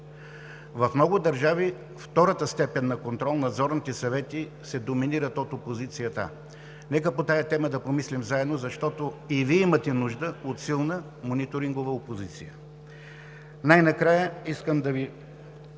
В много държави втората степен на контрол – надзорните съвети, се доминират от опозицията. Нека по тази тема да помислим заедно, защото и Вие имате нужда от силна мониторингова опозиция. Най-накрая искам да Ви